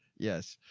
yes.